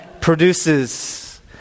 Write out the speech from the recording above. produces